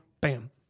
Bam